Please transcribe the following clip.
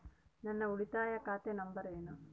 ನನ್ನ ಉಳಿತಾಯ ಖಾತೆ ನಂಬರ್ ಏನು?